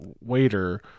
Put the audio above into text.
waiter